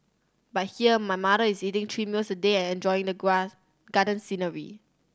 but here my mother is eating three meals a day and enjoying the garden scenery